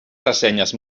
ressenyes